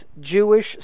Jewish